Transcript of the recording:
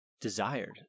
desired